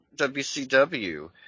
WCW